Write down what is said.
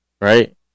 Right